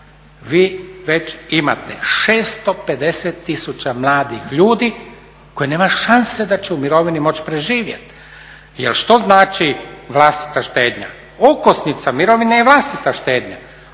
vi već imate 650 tisuća mladih ljudi koji nemaju šanse da će u mirovini moći preživjeti. Jer što znači vlastita štednja? Okosnica mirovine je vlastita štednja,